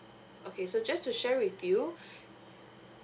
okay so just to share with you